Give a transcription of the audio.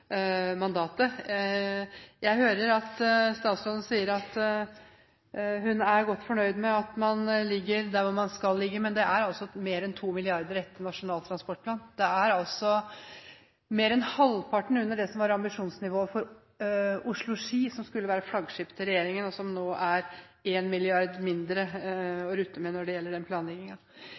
mandatet. Jeg hører at statsråden sier at hun er godt fornøyd med at man ligger der hvor man skal ligge, men det er altså mer enn 2 mrd. kr etter Nasjonal transportplan. Det er mer enn halvparten under det som var ambisjonsnivået for Oslo–Ski, som skulle være flaggskipet til regjeringen, og som nå har 1 mrd. kr mindre å rutte med når det gjelder